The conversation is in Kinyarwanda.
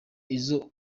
izo